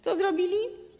Co zrobili?